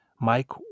Mike